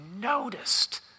noticed